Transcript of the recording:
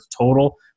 total